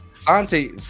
Santi